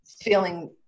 feeling